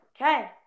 Okay